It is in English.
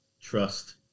trust